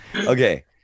Okay